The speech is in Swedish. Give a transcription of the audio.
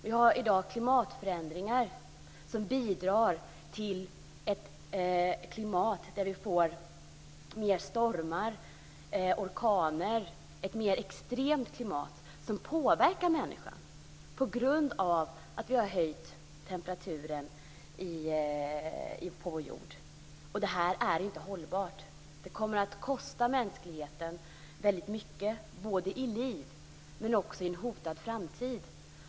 Vi har i dag klimatförändringar som bidrar till ett klimat där vi får fler stormar och orkaner, ett mer extremt klimat som påverkar människan på grund av att vi har höjt temperaturen på vår jord. Och detta är inte hållbart. Det kommer att kosta mänskligheten väldigt mycket, i liv men också i en hotad framtid.